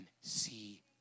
see